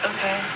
Okay